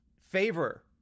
favor